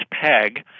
PEG